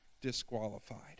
disqualified